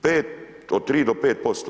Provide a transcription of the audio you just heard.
5 od 3 do 5%